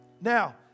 Now